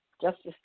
Justice